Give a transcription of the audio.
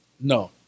No